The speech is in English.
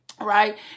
Right